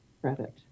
credit